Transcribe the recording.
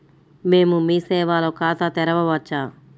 మేము మీ సేవలో ఖాతా తెరవవచ్చా?